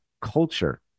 culture